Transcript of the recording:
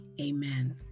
Amen